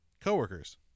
co-workers